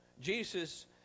Jesus